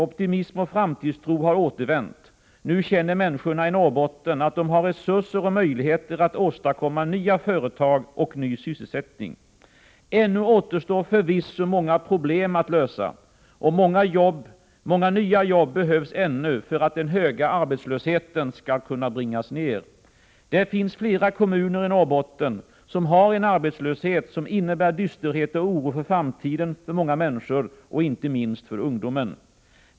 Optimism och framtidstro har återvänt. Nu känner människorna i Norrbotten att de har resurser och möjligheter att åstadkomma nya företag och ny sysselsättning. Ännu återstår förvisso många problem att lösa, och många nya jobb behövs ännu för att den höga arbetslösheten skall kunna bringas ner. Det finns flera kommuner i Norrbotten som har en arbetslöshet som innebär dysterhet och oro för framtiden för många människor och inte minst för ungdomar.